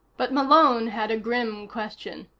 but malone had a grim question.